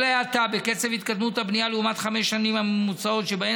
כל האטה בקצב התקדמות הבנייה לעומת חמש השנים הממוצעות שבהן